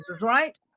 right